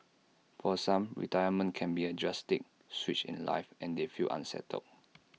for some retirement can be A drastic switch in life and they feel unsettled